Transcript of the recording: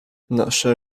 nasze